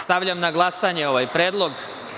Stavljam na glasanje ovaj predlog.